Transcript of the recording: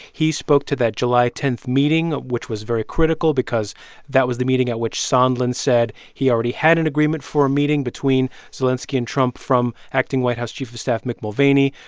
he spoke to that july ten meeting, which was very critical because that was the meeting at which sondland said he already had an agreement for a meeting between zelenskiy and trump from acting white house chief of staff mick mulvaney.